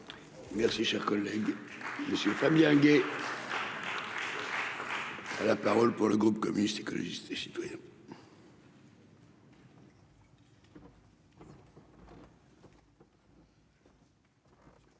Merci, cher collègue, monsieur Fabien Gay. La parole pour le groupe communiste, écologiste et citoyen.